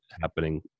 happening